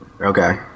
Okay